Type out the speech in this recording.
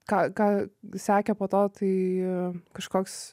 ką ką sekė po to tai kažkoks